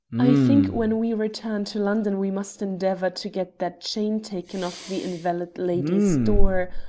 i think when we return to london we must endeavour to get that chain taken off the invalid lady's door,